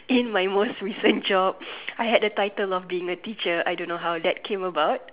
in my most recent job I had a title of being a teacher I don't how that came about